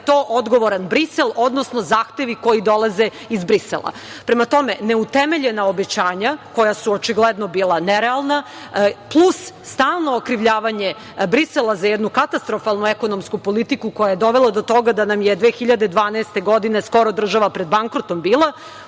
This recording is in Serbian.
je za to odgovoran Brisel, odnosno zahtevi koji dolaze iz Brisela. Prema tome, neutemeljena obećanja koja su očigledno bila nerealna, plus stalno okrivljavanje Brisela za jednu katastrofalnu ekonomsku politiku koja je dovela do toga da nam je 2012. godine skoro država bila pred bankrotom uzrok